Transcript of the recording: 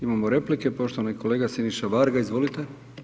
Imamo replike poštovani kolega Siniša Varga, izvolite.